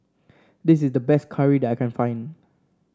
this is the best curried I can find